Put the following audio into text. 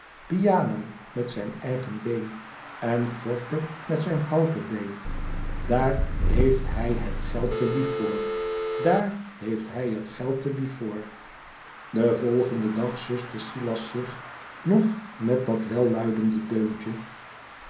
piano met zijn eigen been en forte met zijn houten been tdaar heeft hij het geld te lief voor daar heeft hij het geld te lief voor den volgenden dag suste silas zich nog met dat welluidende deuntje